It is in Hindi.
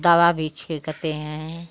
दवा भी छिड़कते हैं